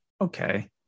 okay